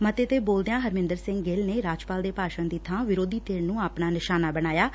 ਮੱਤੇ ਤੇ ਬੋਲਦਿਆਂ ਹਰਮਿੰਦਰ ਸਿੰਘ ਗਿੱਲ ਨੇ ਰਾਜਪਾਲ ਦੇ ਭਾਸ਼ਣ ਦੀ ਥਾਂ ਵਿਰੋਧੀ ਧਿਰ ਨੂੰ ਆਪਣਾ ਨਿਸ਼ਾਨਾ ਬਣਾਇਆ ਗਿਆ